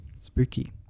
spooky